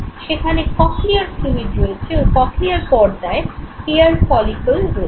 সেখানে cochlear fluid রয়েছে ও কক্লিয়ার পর্দায় হেয়ার ফলিকল রয়েছে